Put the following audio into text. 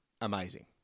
amazing